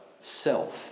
self